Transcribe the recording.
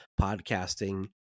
podcasting